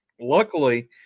Luckily